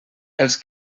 els